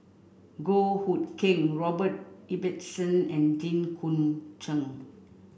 Goh Hood Keng Robert Ibbetson and Jit Koon Ch'ng